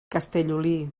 castellolí